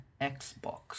Xbox